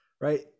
right